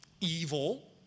evil